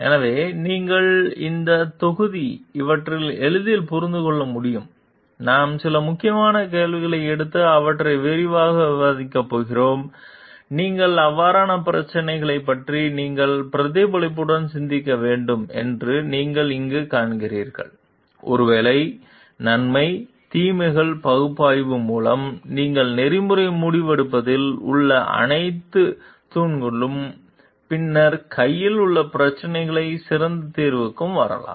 எனவே நீங்கள் இந்த தொகுதி இவற்றை எளிதில் புரிந்து கொள்ள முடியும் நாம் சில முக்கியமான கேள்விகளை எடுத்து அவற்றை விரிவாக விவாதிக்கப் போகிறோம் நீங்கள் அவ்வாறான பிரச்சினைகளைப் பற்றி நீங்கள் பிரதிபலிப்புடன் சிந்திக்க வேண்டும் என்று நீங்கள் இங்கு காண்கிறீர்கள் ஒருவேளை நன்மை தீமைகள் பகுப்பாய்வு மூலம் நீங்கள் நெறிமுறை முடிவெடுப்பதில் உள்ள அனைத்து தூண்களும் பின்னர் கையில் உள்ள பிரச்சனைக்கு சிறந்த தீர்வுக்கு வரலாம்